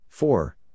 Four